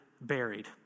buried